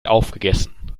aufgegessen